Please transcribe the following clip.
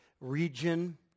region